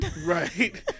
Right